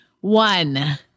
one